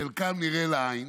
חלקם נראים לעין